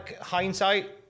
hindsight